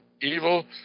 Evil